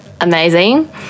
Amazing